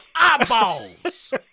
eyeballs